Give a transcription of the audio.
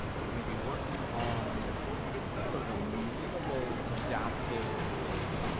we're gonna be working on sort of a minimal adaptive thing.